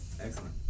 Excellent